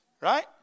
right